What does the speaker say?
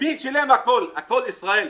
מי שילם הכול, הכול ישראל.